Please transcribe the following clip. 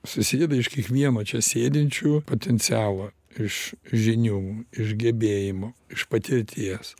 susideda iš kiekvieno čia sėdinčių potencialo iš žinių iš gebėjimo iš patirties